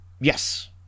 yes